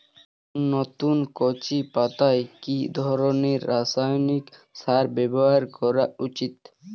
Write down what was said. নতুন কচি পাতায় কি ধরণের রাসায়নিক সার ব্যবহার করা উচিৎ?